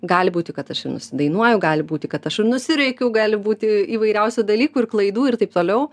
gali būti kad aš ir nusidainuoju gali būti kad aš ir nusirėkiu gali būti įvairiausių dalykų ir klaidų ir taip toliau